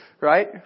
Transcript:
right